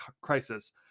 crisis